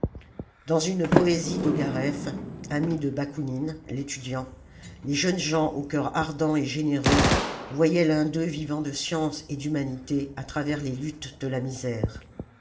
dans une poésie d'ogareff ami de bakounine l'etudiant les jeunes gens au cœur ardent et généreux voyaient l'un d'eux vivant de science et d'humanité à travers les luttes de la misère